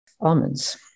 almonds